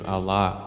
Allah